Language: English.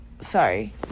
sorry